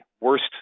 Worst